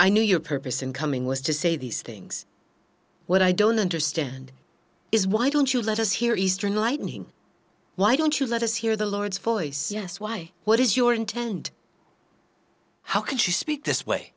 i knew your purpose in coming was to say these things what i don't understand is why don't you let us hear eastern lightening why don't you let us hear the lord's voice yes why what is your intent how could you speak this way